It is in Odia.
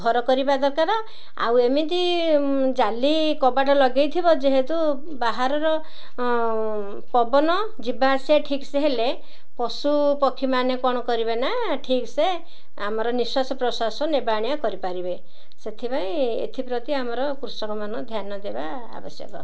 ଘର କରିବା ଦରକାର ଆଉ ଏମିତି ଜାଲି କବାଟ ଲଗେଇଥିବ ଯେହେତୁ ବାହାର ପବନ ଯିବା ଆସିବା ଠିକ୍ସେ ହେଲେ ପଶୁ ପକ୍ଷୀ ମାନେ କ'ଣ କରିବେ ନା ଠିକ୍ସେ ଆମର ନିଶ୍ୱାସ ପ୍ରଶ୍ୱାସ ନେବା ଆଣିବା କରିପାରିବେ ସେଥିପାଇଁ ଏଥିପ୍ରତି ଆମର କୃଷକମାନ ଧ୍ୟାନ ଦେବା ଆବଶ୍ୟକ